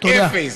אפס.